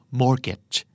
mortgage